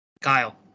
Kyle